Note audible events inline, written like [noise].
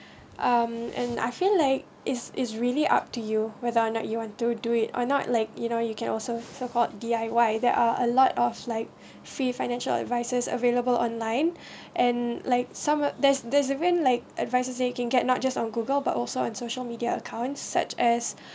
um and I feel like is is really up to you whether or not you want to do it or not like you know you can also support D_I_Y there are a lot of like [breath] free financial advisers available online [breath] and like some of there's there's a thing like advisers taking okay not just on google but also on social media accounts such as [breath]